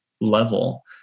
level